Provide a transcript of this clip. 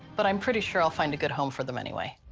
but i'm pretty sure i'll find a good home for them anyway.